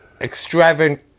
extravagant